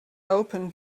open